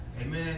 Amen